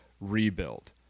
rebuild